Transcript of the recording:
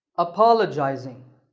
apologizing.